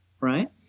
Right